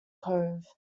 cove